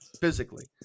Physically